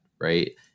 right